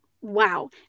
wow